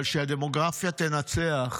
אבל שהדמוגרפיה תנצח